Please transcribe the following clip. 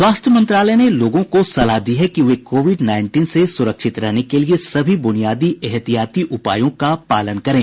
स्वास्थ्य मंत्रालय ने लोगों को सलाह दी है कि वे कोविड नाईनटीन से सुरक्षित रहने के लिए सभी ब्रनियादी एहतियाती उपायों का पालने करें